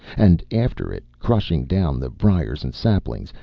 and after it, crushing down the briars and saplings,